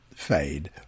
fade